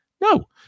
No